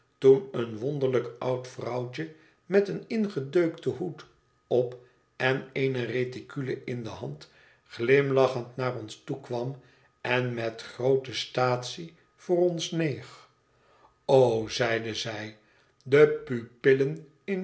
toen een wonderlijk oud vrouwtje met een ingedeukten hoed op en eene reticule in do hand glimlachend naar ons toe kwam en met groote staatsie voor ons neeg o zeide zij de pupillen in